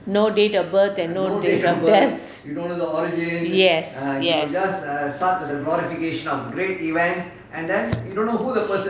no date of birth and no date of death yes yes